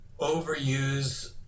overuse